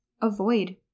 avoid